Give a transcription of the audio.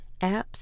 apps